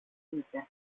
είπε